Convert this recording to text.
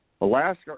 Alaska